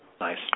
Nice